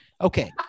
Okay